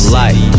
light